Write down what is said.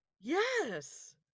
Yes